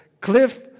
Cliff